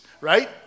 right